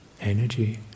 energy